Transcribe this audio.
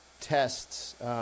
tests